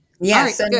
Yes